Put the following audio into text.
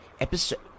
episode